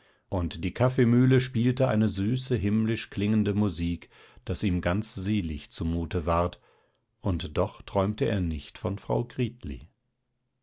und die kaffeemühle spielte eine süße himmlisch klingende musik daß ihm ganz selig zu mute ward und doch träumte er nicht von frau